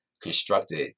constructed